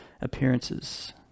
appearances